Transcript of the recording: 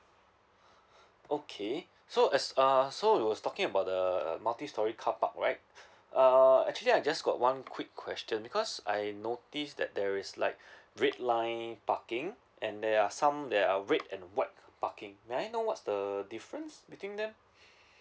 okay so as uh so you're talking about the multistorey carpark right uh actually I just got one quick question because I notice that there is like red line parking and there are some there are red and white parking may I know what's the difference between them